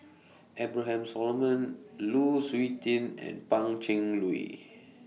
Abraham Solomon Lu Suitin and Pan Cheng Lui